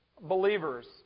believers